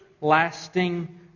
lasting